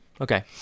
okay